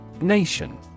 Nation